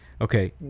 Okay